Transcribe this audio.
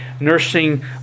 nursing